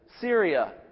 Syria